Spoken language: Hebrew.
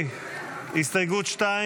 אני קובע כי ההסתייגות לא התקבלה.